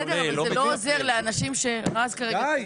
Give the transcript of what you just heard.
בסדר, אבל זה לא עוזר לאנשים שרז כרגע דיבר.